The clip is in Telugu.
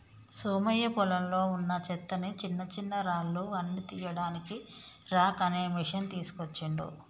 సోమయ్య పొలంలో వున్నా చెత్తని చిన్నచిన్నరాళ్లు అన్ని తీయడానికి రాక్ అనే మెషిన్ తీస్కోచిండు